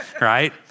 right